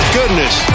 goodness